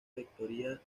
factoría